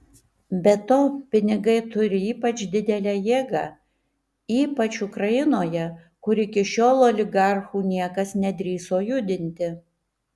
be to pinigai turi ypač didelę jėgą ypač ukrainoje kur iki šiol oligarchų niekas nedrįso judinti